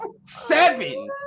seven